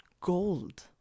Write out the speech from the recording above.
gold